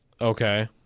Okay